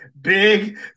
Big